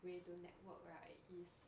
way to network right is